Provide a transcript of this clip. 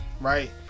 right